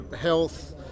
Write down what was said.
health